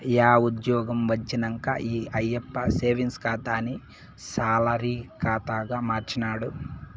yeah ఉజ్జ్యోగం వచ్చినంక ఈ ఆయప్ప సేవింగ్స్ ఖాతాని సాలరీ కాతాగా మార్చినాడు